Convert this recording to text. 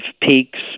peaks